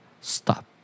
stop